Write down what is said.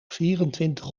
vierentwintig